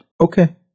okay